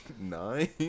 nine